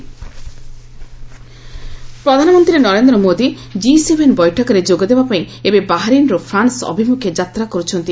PM G seven ପ୍ରଧାନମନ୍ତ୍ରୀ Narendra Modi G seven ବୈଠକରେ ଯୋଗଦେବା ପାଇଁ ଏବେ ବାହାରିନ୍ରୁ ଫ୍ରାନ୍ୱ ଅଭିମୁଖେ ଯାତ୍ରା କରୁଛନ୍ତି